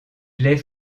les